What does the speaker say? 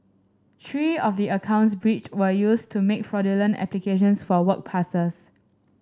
three of the accounts breached were used to make fraudulent applications for work passes